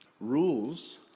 Rules